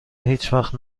هیچوقت